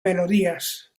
melodías